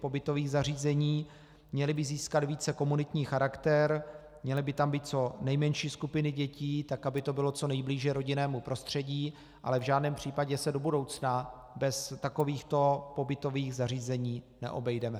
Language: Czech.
pobytových zařízení, měly by získat více komunitní charakter, měly by tam být co nejmenší skupiny dětí, aby to bylo co nejblíže rodinnému prostředí, ale v žádném případě se do budoucna bez takovýchto pobytových zařízení neobejdeme.